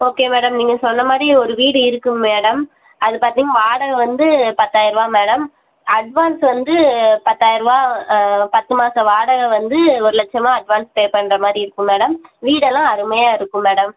okay madam நீங்கள் சொன்ன மாதிரி ஒரு வீடு இருக்குது மேடம் அது பார்த்தீங்க வாடகை வந்து பத்தாயிரரூவா மேடம் அட்வான்ஸ் வந்து பத்தாயிரரூவா பத்து மாத வாடகை வந்து ஒரு லட்சமாக அட்வான்ஸ் பே பண்ணுற மாதிரி இருக்கும் மேடம் வீடெல்லாம் அருமையாக இருக்கும் மேடம்